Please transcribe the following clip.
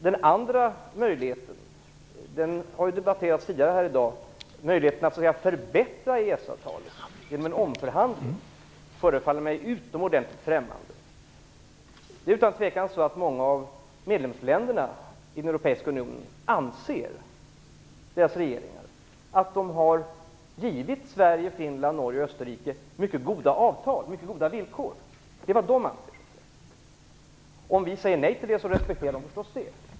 Den andra möjligheten, som debatterats här i dag, dvs. att förbättra EES-avtalet genom en omförhandling, förefaller mig utomordentligt främmande. Utan tvekan anser många av medlemsländerna i den europeiska unionen att de har givit Sverige, Norge, Finland och Österrike mycket goda villkor. Det är vad de anser. Om vi säger nej, respekterar de förstås det.